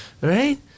right